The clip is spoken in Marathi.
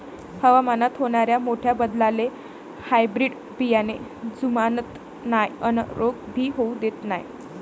हवामानात होनाऱ्या मोठ्या बदलाले हायब्रीड बियाने जुमानत नाय अन रोग भी होऊ देत नाय